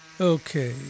Okay